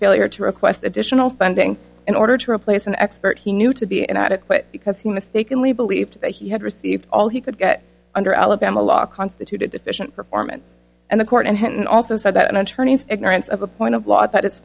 failure to request additional funding in order to replace an expert he knew to be inadequate because he mistakenly believed that he had received all he could get under alabama law constituted deficient performance and the court and also said that an attorney's ignorance of a point of law that i